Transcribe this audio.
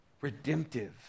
redemptive